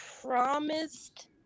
promised